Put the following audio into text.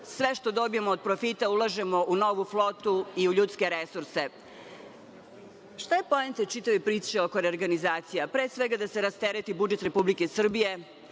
Sve što dobijemo od profita ulažemo u novu flotu i u ljudske resurse. Šta je poenta čitave priče oko reorganizacija? Pre svega, da se rastereti budžet Republike Srbije,